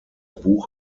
buch